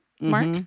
Mark